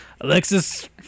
Alexis